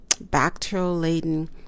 bacterial-laden